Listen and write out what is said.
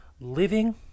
living